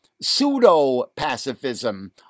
pseudo-pacifism